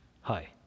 hi